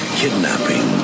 kidnapping